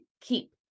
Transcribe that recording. keep